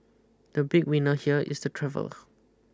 the big winner here is the travel